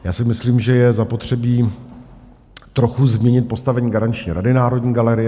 Já si myslím, že je zapotřebí trochu změnit postavení garanční rady Národní galerie.